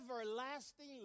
everlasting